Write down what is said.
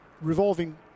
revolving